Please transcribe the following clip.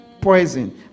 poison